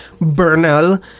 Bernal